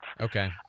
okay